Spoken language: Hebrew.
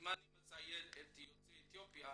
אם אני מציין את יוצאי אתיופיה